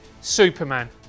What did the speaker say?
Superman